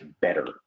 better